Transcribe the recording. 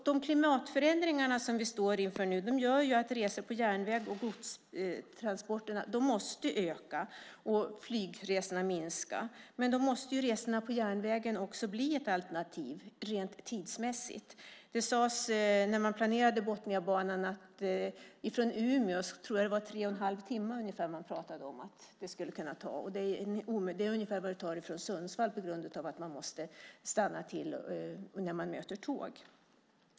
De klimatförändringar som vi står inför nu gör att resorna och godstransporterna på järnväg måste öka och flygresorna minska. Men då måste resorna på järnvägen också bli ett alternativ rent tidsmässigt. Det sades när man planerade Botniabanan att det skulle kunna ta ungefär 3 1⁄2 timmar att ta sig från Umeå till Stockholm. Det är ungefär så lång tid som det tar från Sundsvall på grund av att man måste stanna till när man möter tåg.